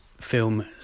film